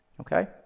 Okay